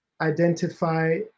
identify